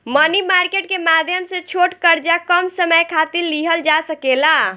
मनी market के माध्यम से छोट कर्जा कम समय खातिर लिहल जा सकेला